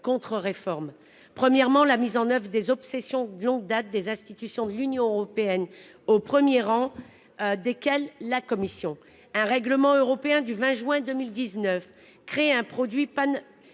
contre-réforme, premièrement, la mise en oeuvre des obsessions de longue date des institutions de l'Union européenne au 1er rang. Desquels la commission un règlement européen du 20 juin 2019, créer un produit panne